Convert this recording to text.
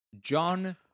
John